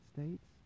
States